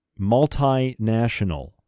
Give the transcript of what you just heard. multinational